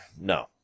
no